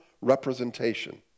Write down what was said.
representation